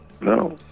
no